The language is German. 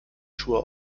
schuhe